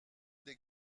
des